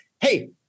Hey